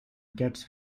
gets